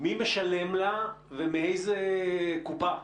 מי משלם לה, מאיזו קופה.